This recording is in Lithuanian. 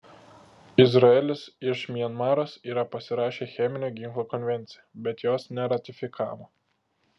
izraelis iš mianmaras yra pasirašę cheminio ginklo konvenciją bet jos neratifikavo